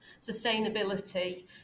Sustainability